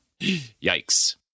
Yikes